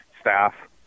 staff